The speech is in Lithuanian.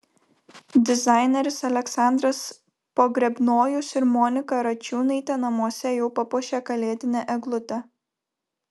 dizaineris aleksandras pogrebnojus ir monika račiūnaitė namuose jau papuošė kalėdinę eglutę